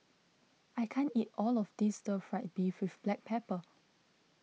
I can't eat all of this Stir Fry Beef with Black Pepper